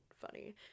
funny